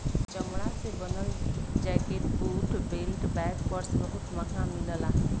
चमड़ा से बनल jacket, boot, belt, bag, purse बहुत महंग मिलला